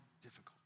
difficult